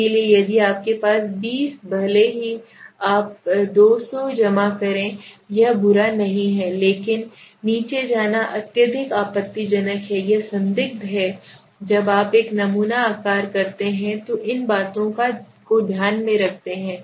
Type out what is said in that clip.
इसलिए यदि आपके पास चर २० भले ही आप २०० जमा करें यह बुरा नहीं है लेकिन नीचे जाना अत्यधिक आपत्तिजनक है यह संदिग्ध है जब आप एक नमूना आकार करते हैं तो इन बातों को ध्यान में रखते हैं